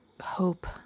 hope